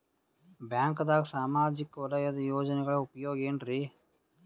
ಬ್ಯಾಂಕ್ದಾಗ ಸಾಮಾಜಿಕ ವಲಯದ ಯೋಜನೆಗಳ ಉಪಯೋಗ ಏನ್ರೀ?